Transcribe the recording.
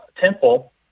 temple